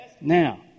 Now